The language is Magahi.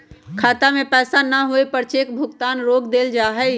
खाता में पैसा न होवे पर चेक भुगतान रोक देयल जा हई